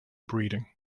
breeding